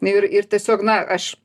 ir ir tiesiog na aš